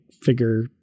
figure